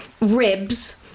Ribs